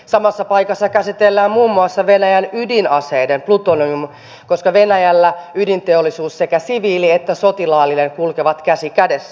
samassa paikassa käsitellään muun muassa venäjän ydinaseiden plutonium koska venäjällä ydinteollisuus sekä siviili että sotilaallinen kulkevat käsi kädessä